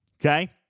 okay